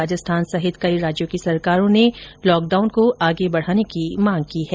राजस्थान सहित कई राज्यों की सरकारों ने लॉकडाउन को आगे बढ़ाने की मांग की है